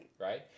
Right